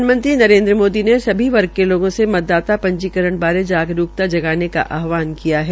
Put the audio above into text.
प्रधानमंत्री नरेन्द्र मोदी ने सभी वर्ग के लोगों से मतदाता पंजीकरण बारे बारे जागरूकता जगाने का आहवान किया है